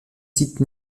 sites